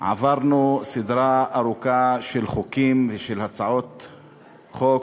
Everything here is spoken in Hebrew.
עברנו סדרה ארוכה של חוקים ושל הצעות חוק,